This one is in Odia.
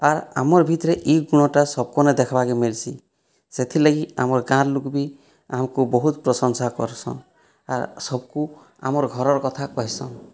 ଆର୍ ଆମର୍ ଭିତରେ ଇ ଗୁଣଟା ସବକନେ ଦେଖବାକେ ମିଲ୍ସି ସେଥି ଲାଗି ଆମର ଗାଁର ଲୁକବି ଆମକୁ ବହୁତ ପ୍ରଶଂସା କରସନ୍ ଆର୍ ସବକୁ ଆମର ଘରର କଥା କହିସନ୍